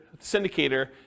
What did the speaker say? syndicator